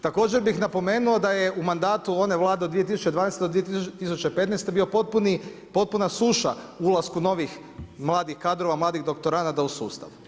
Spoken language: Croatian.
Također bih napomenuo da je u mandatu one Vlade od 2012. do 2015. bio potpuna suša ulasku novih mladih kadrova, mladih doktoranata u sustav.